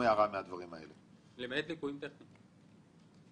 למעט ליקויים טכניים.